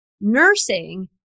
nursing